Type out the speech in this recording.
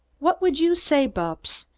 what would you say, bupps,